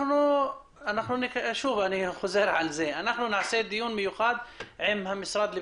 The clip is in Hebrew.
אנחנו ניכנס לזה לעומק בדיון הייעודי אבל רק אחדד שיש לנו